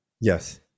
yes